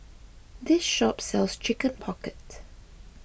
this shop sells Chicken Pocket